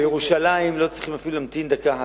בירושלים לא צריכים להמתין אפילו דקה אחת,